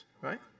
right